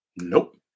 Nope